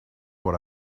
what